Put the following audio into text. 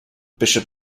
bishop